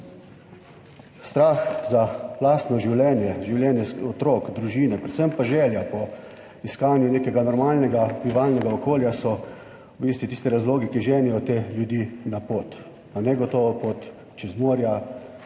Strah za lastno življenje, življenje otrok, družine, predvsem pa želja po iskanju nekega normalnega bivalnega okolja so v bistvu tisti razlogi, ki ženejo te ljudi na pot. Na negotovo pot čez morja,